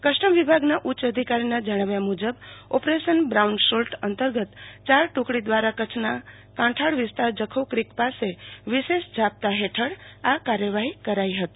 custom વિભાગના ઉચ્ચ અધિકારીના જણાવ્યા મુજબ ઓપરેશન બ્રાઉન્ સોલ્ટ અંતર્ગત ચાર ટુકડી દ્વારા કચ્છના કાંઠાણ વિસતાર જખૌ ક્રીક પાસે વીશેષ જાપ્તા હેઠળ આ કાર્યવાહી કરી હતી